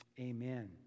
Amen